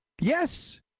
Yes